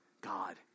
God